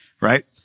right